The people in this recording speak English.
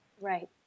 Right